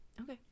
okay